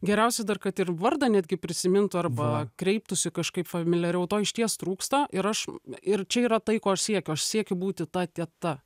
geriausi dar kad ir vardą netgi prisimintų arba kreiptųsi kažkaip familiariau to išties trūksta ir aš ir čia yra tai ko aš siekiu aš siekiu būti ta teta